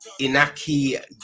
inaki